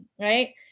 Right